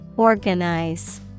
Organize